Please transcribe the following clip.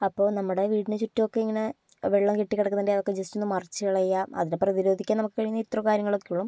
അപ്പോൾ നമ്മുടെ വീടിന് ചുറ്റും ഒക്കെ ഇങ്ങനെ വെള്ളം കെട്ടി കിടക്കുന്നുണ്ടെങ്കിൽ അതൊക്കെ ജസ്റ്റ് ഒന്നു മറിച്ചു കളയുക അതിനെ പ്രതിരോധിക്കാൻ നമുക്ക് കഴിയുന്നത് ഇത്രയും കാര്യങ്ങളൊക്കെ ഉള്ളൂ